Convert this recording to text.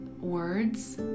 words